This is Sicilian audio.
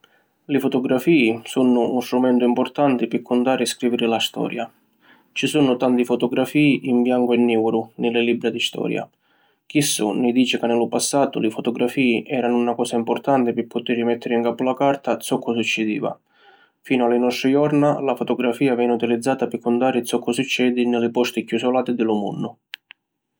Li fotografî sunnu un strumentu importanti pi cuntari e scriviri la storia. Ci sunnu tanti fotografî in biancu e niuru ni li libra di storia. Chissu ni dici ca ni lu passatu li fotografî eranu na cosa importanti pi putiri mettiri ncapu la carta zoccu succidiva. Finu a li nostri jorna la fotografia veni utilizzata pi cuntari zoccu succedi ni li posti chiù isolati di lu munnu.